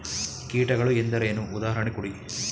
ಕೀಟಗಳು ಎಂದರೇನು? ಉದಾಹರಣೆ ಕೊಡಿ?